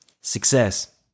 Success